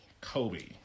Kobe